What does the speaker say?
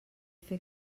fer